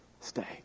stay